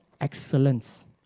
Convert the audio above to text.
excellence